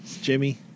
Jimmy